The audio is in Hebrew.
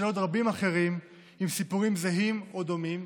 עוד רבים אחרים עם סיפורים זהים או דומים.